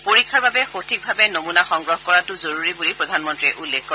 পৰীক্ষাৰ বাবে সঠিকভাৱে নমনা সংগ্ৰহ কৰাটো জৰুৰী বুলি প্ৰধানমন্ত্ৰীয়ে উল্লেখ কৰে